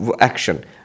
action